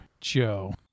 joe